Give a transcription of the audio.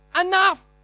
enough